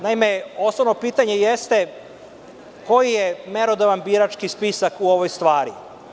Naime, osnovno pitanje jeste koji je merodavan birački spisak u ovoj stvari?